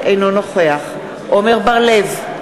אינו נוכח עמר בר-לב,